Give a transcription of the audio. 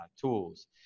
tools